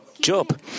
Job